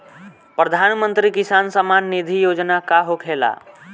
प्रधानमंत्री किसान सम्मान निधि योजना का होखेला?